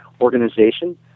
Organization